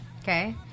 Okay